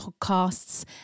podcasts